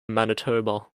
manitoba